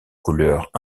couleurs